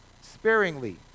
sparingly